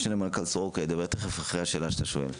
משנה למנכ"ל סורקה ידבר תכף אחרי השאלה שאתה תשאל.